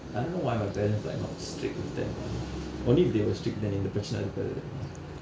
I don't know why my parents like not strict with them lah only if they were strict then இந்த பிரச்சனை இருக்காது:indtha piracchanai irukkathu